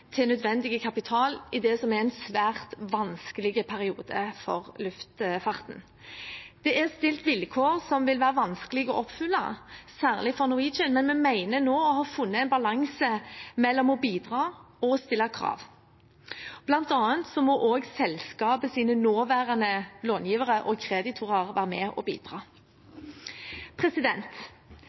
til nødvendig kapital i det som er en svært vanskelig periode for luftfarten. Det er stilt vilkår som vil være vanskelige å oppfylle, særlig for Norwegian, men vi mener nå å ha funnet en balanse mellom å bidra og å stille krav. Blant annet må også selskapets nåværende långivere og kreditorer være med og bidra.